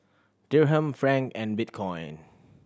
Dirham Franc and Bitcoin